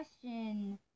question